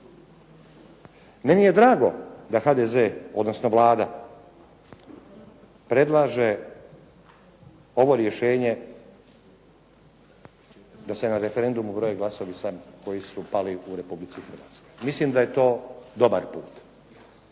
Meni je drago da HDZ odnosno Vlada predlaže ovo rješenje da se na referendumu broje glasovi samo koji su pali u Republici Hrvatskoj. Mislim da je to dobar put.